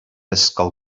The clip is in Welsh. ysgol